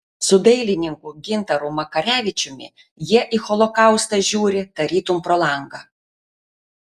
su dailininku gintaru makarevičiumi jie į holokaustą žiūri tarytum pro langą